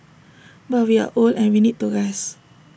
but we are old and we need to rest